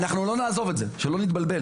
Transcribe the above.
אנחנו לא נעזוב את זה שלא נתבלבל,